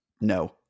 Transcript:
No